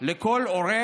לכל הורה